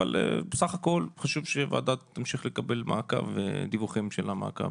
אבל סך הכול חשוב שהוועדה תמשיך לקבל מעקב ודיווחים של המעקב.